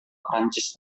prancis